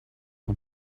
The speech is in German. mit